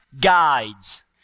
guides